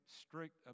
strict